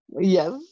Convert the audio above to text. yes